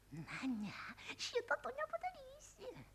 na ne šito tu nepadarysi